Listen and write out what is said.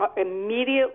immediately